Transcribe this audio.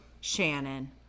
Shannon